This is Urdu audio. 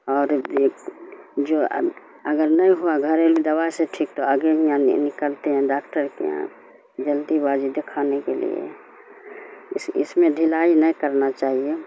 اور جو اگر نہیں ہوا گھریلو دوا سے ٹھیک تو آگے یہاں نکلتے ہیں ڈاکٹر کے یہاں جلد بازی دکھانے کے لیے اس اس میں ڈھلائی نہیں کرنا چاہیے